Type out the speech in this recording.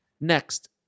Next